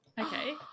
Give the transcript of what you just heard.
Okay